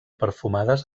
perfumades